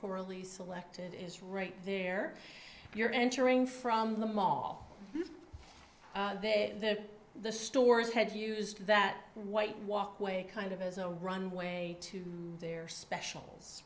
coralie selected is right there you're entering from the mall to the stores had used that white walkway kind of as a runway to their specials